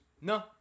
No